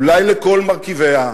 אולי לכל מרכיביה,